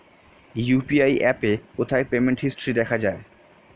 UPI অ্যাপে কোথায় payment history দেখা যায়?